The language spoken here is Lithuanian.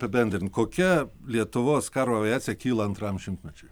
apibendrint kokia lietuvos karo aviacija kyla antram šimtmečiui